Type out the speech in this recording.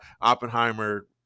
Oppenheimer